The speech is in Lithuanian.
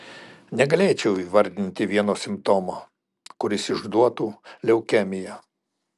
negalėčiau įvardinti vieno simptomo kuris išduotų leukemiją